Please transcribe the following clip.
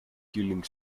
killing